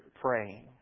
Praying